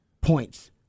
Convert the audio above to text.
points